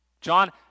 John